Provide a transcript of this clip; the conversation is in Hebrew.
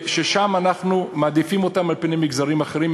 ששם אנחנו מעדיפים אותם על-פני מגזרים אחרים,